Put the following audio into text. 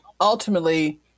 ultimately